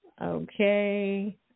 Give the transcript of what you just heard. Okay